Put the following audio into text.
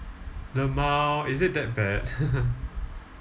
lmao is it that bad